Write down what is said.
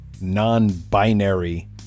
non-binary